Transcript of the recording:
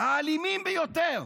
האלימים ביותר,